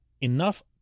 enough